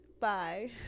bye